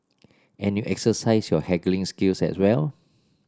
and you exercise your haggling skills as well